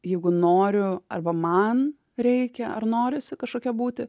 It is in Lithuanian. jeigu noriu arba man reikia ar norisi kažkokia būti